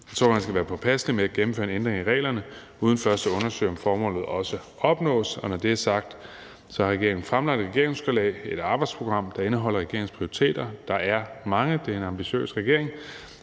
Jeg tror, man skal være påpasselig med at gennemføre en ændring i reglerne uden først at undersøge, om formålet også opnås. Og når det er sagt, har regeringen fremlagt et arbejdsprogram, der indeholder regeringens prioriteter. Der er mange, det er en ambitiøs regering,